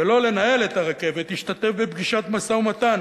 ולא לנהל את הרכבת, השתתף בפגישת משא-ומתן